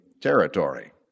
territory